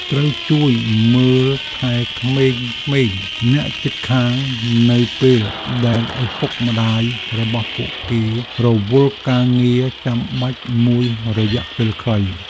ត្រូវជួយមើលថែក្មេងៗអ្នកជិតខាងនៅពេលដែលឪពុកម្តាយរបស់ពួកគេរវល់ការងារចាំបាច់មួយរយៈពេលខ្លី។